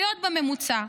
להיות בממוצע,